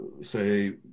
say